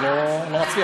אני לא מצליח.